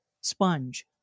sponge